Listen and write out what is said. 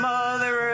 Mother